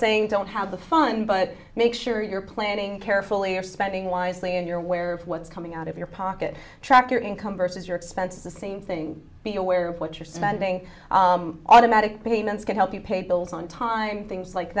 saying don't have the fun but make sure you're planning carefully or spending wisely and you're aware of what's coming out of your pocket track your income versus your expenses the same thing be aware of what your spending automatic payments can help you pay bills on time things like